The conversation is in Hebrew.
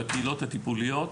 לקהילות הטיפוליות.